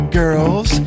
girls